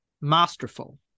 masterful